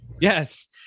yes